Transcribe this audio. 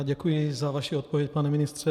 Děkuji za vaši odpověď, pane ministře.